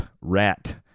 Rat